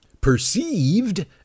perceived